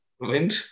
wind